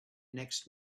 next